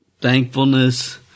Thankfulness